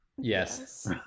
Yes